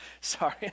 sorry